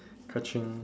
kaching